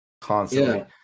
constantly